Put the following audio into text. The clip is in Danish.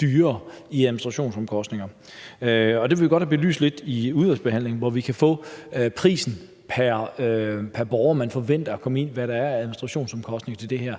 dyrere i administrationsomkostninger. Det vil vi godt have belyst lidt i udvalgsbehandlingen, hvor vi kan få belyst prisen pr. borger, man forventer, og hvad der er af administrationsomkostninger til det her,